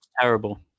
terrible